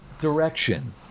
direction